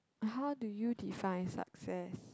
how do you define success